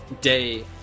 day